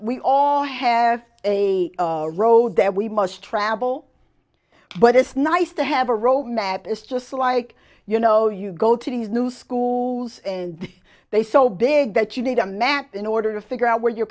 we all have a road that we must travel but it's nice to have a road map is just like you know you go to these new schools and they so big that you need a map in order to figure out where your